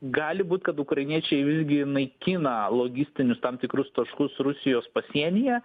gali būt kad ukrainiečiai visgi naikina logistinius tam tikrus taškus rusijos pasienyje